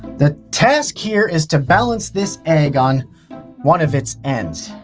the task here is to balance this egg on one of its ends.